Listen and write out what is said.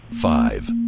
Five